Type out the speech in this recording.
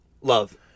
Love